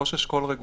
ראש אשכול רגולציה,